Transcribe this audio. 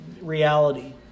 reality